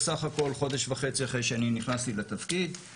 בסך הכל חודש וחצי אחרי שאני נכנסתי לתפקיד.